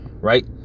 right